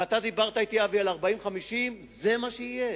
ואתה דיברת אתי, אבי, על 40 50, זה מה שיהיה.